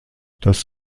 das